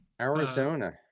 arizona